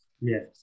Yes